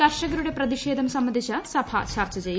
കർഷകരുടെ പ്രതിഷേധം സംബന്ധിച്ച് സഭ ചർച്ച ചെയ്യും